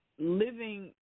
Living